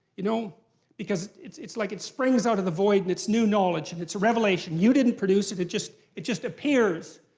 you know because it's it's like it springs out of the void, and it's new knowledge, and it's a revelation. you didn't produce it, it just it just appears.